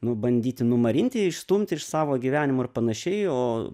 nu bandyti numarinti išstumti iš savo gyvenimo ir panašiai o